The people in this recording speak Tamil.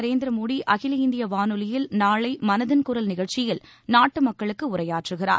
நரேந்திர மோடி அகில இந்திய வானொலியில் நாளை மனதின் குரல் நிகழ்ச்சியில் நாட்டு மக்குளுக்கு உரையாற்றுகிறார்